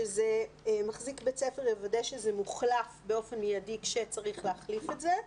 שזה מחזיק בית ספר יוודא שזה מוחלף באופן מיידי כשצריך להחליף את זה,